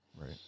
Right